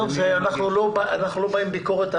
אנחנו לא באים בביקורת.